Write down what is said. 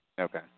Okay